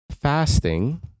Fasting